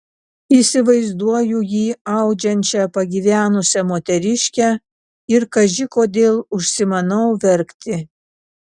įsivaizduoju jį audžiančią pagyvenusią moteriškę ir kaži kodėl užsimanau verkti